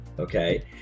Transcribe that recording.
Okay